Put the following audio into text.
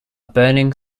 burning